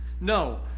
No